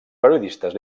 periodistes